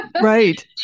Right